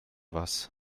was